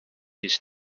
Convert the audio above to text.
his